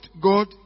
God